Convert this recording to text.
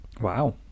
Wow